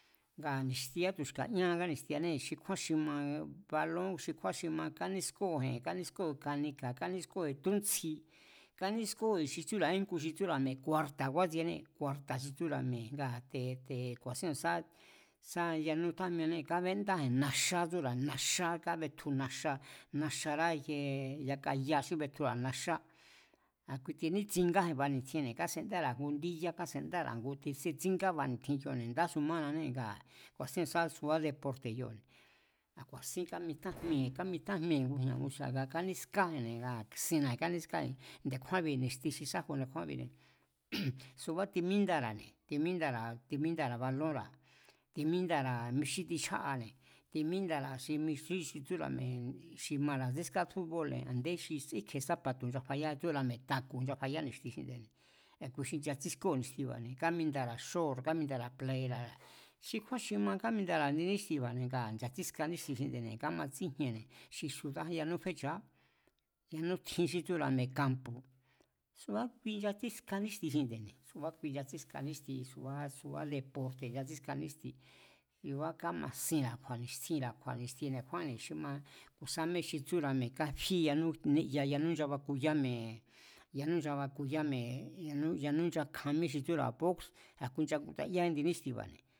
Ka ni̱xtiá tu̱xki̱a̱a̱ ñáa ngá ni̱xtianée̱ xi kjúán xi ma balón, xi kjúán xi makánískóo̱ji̱n, kánískóo̱ji̱n kanika̱ kánískóo̱ji̱n túntsji, kánískóo̱ji̱n xi tsúra̱, íngu xi tsúra̱ kuarta̱ kúátsiené, kurta̱ xi tsúra̱ mi̱e̱ a̱ te̱ te̱ ku̱a̱sín ku̱isá sá yanú tjájmieanée̱ kabéndáji̱n naxá tsúra̱, naxá kabetju naxá naxará ikiee yaka ya xí betjura̱ naxá a̱ kui kinítsíngáji̱n ba ni̱tjinne̱ kasendára̱ ngu indí yá, kásendára̱ ngu titsínga bani̱tjin kioo̱ ndá su mananée̱ ngaa̱ ku̱a̱sín ku̱nisa subá deporte̱ kioo̱ne̱. a̱ ku̱a̱sín kámitjajmieji̱n, kámitjajmieji̱n ngujña̱ nguski̱a̱ nga kánískáji̱nne̱ ngaa̱ sinaji̱n kánískáji̱n. Nde̱kjúánbi̱ ni̱xti xi sáju nde̱kjúánbi̱ne̱ subá timindara̱ne̱, timíndara̱, timíndara̱ balónra̱, timíndara̱ mi xí tichja'ane̱, timíndara̱ xi mí xí tsúra̱ mi̱e̱ xi mara̱ tsíská fubóo̱lne̱ nde xi kíkje̱e sápatu̱ nchafayá tsúra̱ mi̱e̱ taku̱ nchafaya ni̱xti xi nde̱ne̱, a̱ kui i nchatsískóo̱ ni̱xtiba̱ne̱, kámindara̱ xóo̱r kámindara̱ playera̱ra̱ xi kjúan xi ma kámindara̱ indi níxtiba̱ne̱ ngaa̱ nchatsíska níxti xinde̱ne̱ kámatsíjienne̱. Xi siudáján yanú fechu̱á, yanú tjin xí tsúra̱ mi̱e̱ kampu̱, suá kui nchatsíska níxti xi nde̱ne̱, subá kui nchatsíska níxti subá, suba deporte̱ nchatsíska níxti, subá kámasinra̱ kju̱a̱, sinra̱ kju̱a̱ ni̱xti nde̱kjúái̱ xi ma ku̱ sámé xi tsúra̱ mi̱e̱, káfí ni'ya yanú nchabakuyá mi̱e̱, yanú nchabakuyá mi̱e̱, yanú nchakjan míé xi tsúra̱ bóx, a̱ kuinchakutayá indi níxtiba̱ne̱